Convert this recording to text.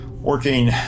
working